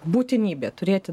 būtinybė turėti